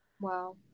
Wow